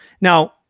Now